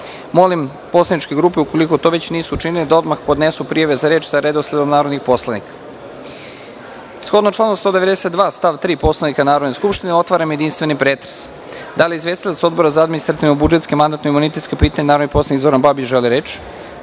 poslaničke grupe ukoliko to već nisu učinile da odmah podnesu prijave za reč sa redosledom narodnih poslanika. Shodno članu 192. stav 3. Poslovnika Narodne skupštine, otvaram jedinstveni pretres. Da li izvestilac Odbora za administrativno-budžetska i mandatno- imunitetska pitanja narodni poslanik Zoran Babić želi reč?